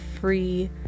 free